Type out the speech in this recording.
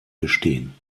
bestehen